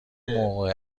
موقع